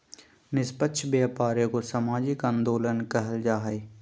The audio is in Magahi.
निस्पक्ष व्यापार एगो सामाजिक आंदोलन कहल जा हइ